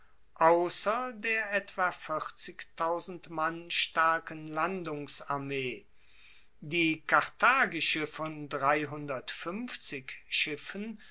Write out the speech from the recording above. ausser der etwa mann starken landungsarmee die karthagische von